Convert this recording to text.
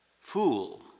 Fool